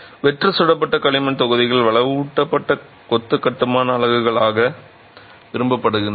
வெற்று சுடப்பட்ட களிமண் தொகுதிகள் வலுவூட்டப்பட்ட கொத்து கட்டுமான அலகுகளாக விரும்பப்படுகின்றன